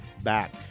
back